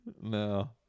no